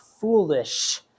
foolish